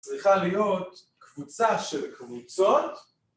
צריכה להיות קבוצה של קבוצות